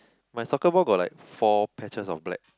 my soccer ball got like four patches of black